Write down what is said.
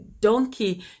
donkey